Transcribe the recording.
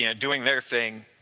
you know doing their thing,